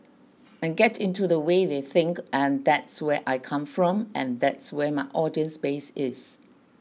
and get into the way they think and that's where I come from and that's where my audience base is